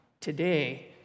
Today